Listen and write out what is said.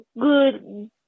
good